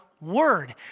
word